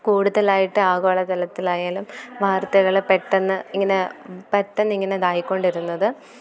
കൂടുതലായിട്ട് ആഗോളതലത്തിലായാലും വാര്ത്തകൾ പെട്ടെന്ന് ഇങ്ങനെ പെട്ടെന്ന് ഇങ്ങനെ ഇതായിക്കൊണ്ടിരുന്നത്